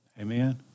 Amen